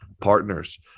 Partners